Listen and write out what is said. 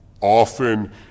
Often